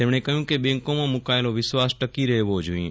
તેમણે કહ્યું કે બેન્કોમાં મૂકાયેલો વિશ્વાસ ટકી રહેવો જોઇએ